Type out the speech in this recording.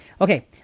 Okay